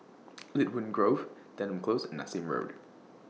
Lynwood Grove Denham Close and Nassim Road